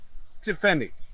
Stefanik